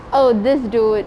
oh this dude